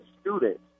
students